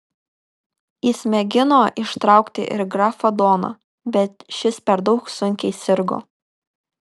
jis mėgino ištraukti ir grafą doną bet šis per daug sunkiai sirgo